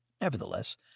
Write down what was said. nevertheless